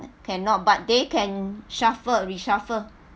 cannot but they can shuffle reshuffle